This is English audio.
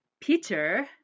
Peter